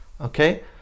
okay